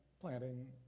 planting